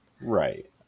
right